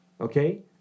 Okay